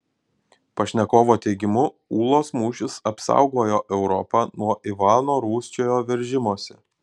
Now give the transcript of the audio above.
pašnekovo teigimu ūlos mūšis apsaugojo europą nuo ivano rūsčiojo veržimosi